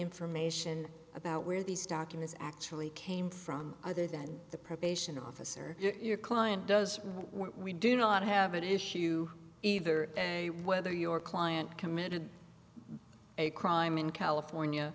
information about where these documents actually came from other than the probation officer your client does what we do not have an issue either way whether your client committed a crime in california